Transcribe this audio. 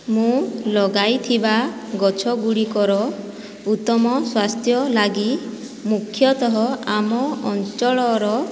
ମୁଁ ଲଗାଇଥିବା ଗଛଗୁଡ଼ିକର ଉତ୍ତମ ସ୍ୱାସ୍ଥ୍ୟ ଲାଗି ମୁଖ୍ୟତଃ ଆମ ଅଞ୍ଚଳର